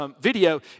video